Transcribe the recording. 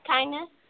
Kindness